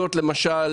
למשל,